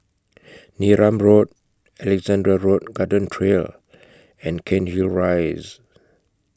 Neram Road Alexandra Road Garden Trail and Cairnhill Rise